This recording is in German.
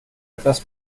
etwas